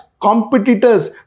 competitors